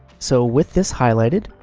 so, with this highlighted,